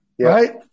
right